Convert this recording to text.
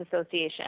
association